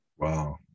Wow